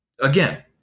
Again